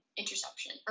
interception